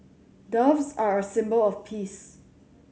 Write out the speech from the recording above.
doves are a symbol of peace